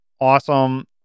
awesome